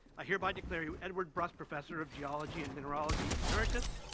i hereby declare you edward brust professor of geology and mineralogy, emeritus,